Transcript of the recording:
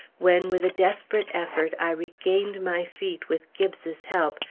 when with a desperate effort i regained my feet with gibbes's help,